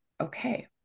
okay